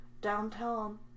downtown